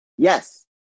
Yes